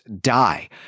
die